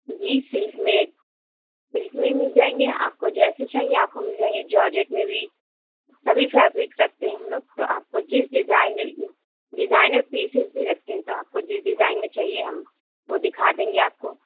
جی silk میں silk میں بھی مل جائیں گے آپ کو جیسے چاہیے آپ کو مل جائیں گے جارجیٹ میں بھی سبھی فیبرک رکھتے ہیں ہم لوگ تو آپ کو جس ڈیزائنر ڈیزائنر پیسز بھی رکھتے ہیں تو آپ کو جس ڈیزائن میں چاہیے ہم وہ دکھا دیں گے آپ کو